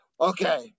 Okay